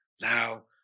Now